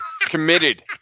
committed